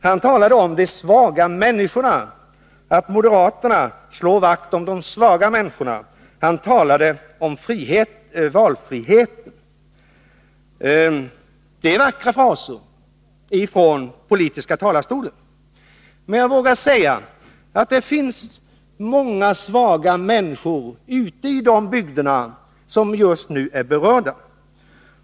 Han talade om de svaga människorna. Han sade att moderaterna slår vakt om de svaga människorna, och han talade om valfrihet. Detta är vackra fraser komna från den politiska talarstolen. Jag vågar säga att det finns många svaga människor ute i de bygder som just nu är berörda.